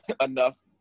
enough